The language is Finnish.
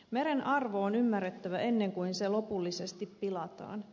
meren arvo on ymmärrettävä ennen kuin se lopullisesti pilataan